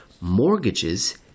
Mortgages